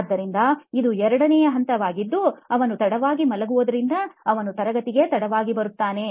ಆದ್ದರಿಂದ ಇದು 2 ನೇ ಹಂತವಾಗಿದ್ದು ಅವನು ತಡವಾಗಿ ಮಲಗುವುದರಿಂದ ಅವನು ತರಗತಿಗೆ ತಡವಾಗಿ ಬರುತ್ತಾನೆ